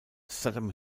saddam